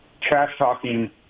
trash-talking